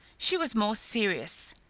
she was more serious,